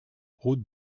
route